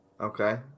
Okay